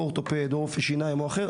או אורתופד או רופא שיניים או רופא אחר,